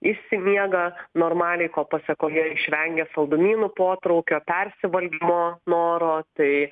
išsimiega normaliai ko pasekoje išvengia saldumynų potraukio persivalgymo noro tai